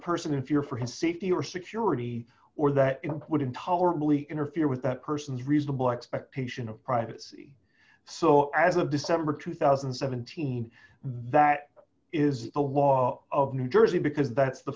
person in fear for his safety or security or that would intolerably interfere with that person's reasonable expectation of privacy so as of december two thousand and seventeen that is the law of new jersey because that's the